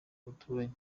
duturanye